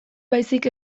baizik